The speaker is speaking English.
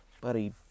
buddy